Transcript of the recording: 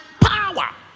power